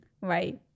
right